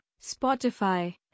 Spotify